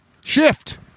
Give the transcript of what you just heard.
shift